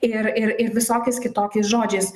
ir ir ir visokiais kitokiais žodžiais